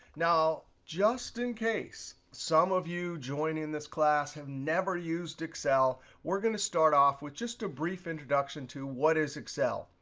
now, just in case some of you joining this class have never used excel, we're going to start off with just a brief introduction to what is excel.